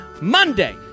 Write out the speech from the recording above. Monday